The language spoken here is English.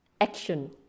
action